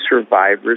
survivors